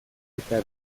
eta